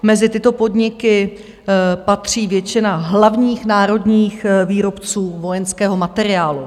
Mezi tyto podniky patří většina hlavních národních výrobců vojenského materiálu.